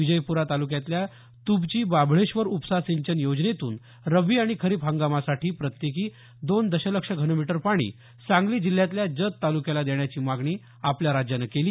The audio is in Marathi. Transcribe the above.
विजयप्रा तालुक्यातल्या तुबची बाबळेश्वर उपसा सिंचन योजनेतून रब्बी आणि खरीप हंगामासाठी प्रत्येकी दोन दशलक्ष घनमीटर पाणी सांगली जिल्ह्यातल्या जत तालुक्याला देण्याची मागणी आपल्या राज्यानं केली